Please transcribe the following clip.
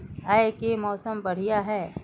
आय के मौसम बढ़िया है?